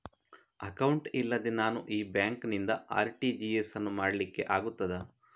Account ಇಲ್ಲದೆ ನಾನು ಈ ಬ್ಯಾಂಕ್ ನಿಂದ ಆರ್.ಟಿ.ಜಿ.ಎಸ್ ಯನ್ನು ಮಾಡ್ಲಿಕೆ ಆಗುತ್ತದ?